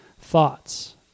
thoughts